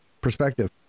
perspective